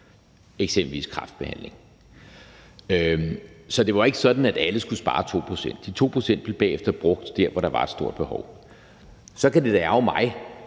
eksempelvis kræftbehandling. Så det var ikke sådan, at alle skulle spare 2 pct. De 2 pct. blev bagefter brugt der, hvor der var et stort behov. Så kan det da ærgre mig,